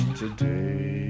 today